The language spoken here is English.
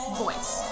voice